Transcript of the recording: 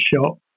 shop